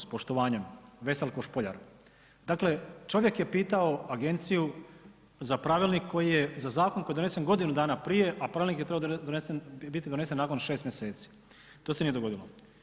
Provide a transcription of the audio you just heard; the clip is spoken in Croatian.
S poštovanjem, Veselko Špoljar.“ Dakle, čovjek je pitao Agenciju za Pravilnik koji je, za zakon koji je donesen godinu dana prije, a Pravilnik je trebao biti donesen nakon 6 mj., to se nije dogodilo.